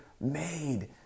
made